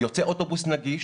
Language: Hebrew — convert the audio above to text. יוצא אוטובוס נגיש,